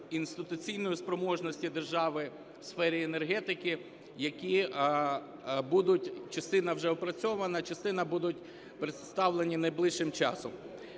інституційної спроможності держави в сфері енергетики, які будуть… частина вже опрацьована, частина будуть представлені найближчим часом.